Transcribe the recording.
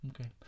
Okay